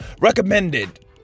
recommended